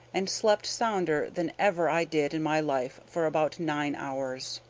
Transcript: and slept sounder than ever i did in my life for about nine hours.